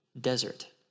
desert